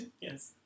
Yes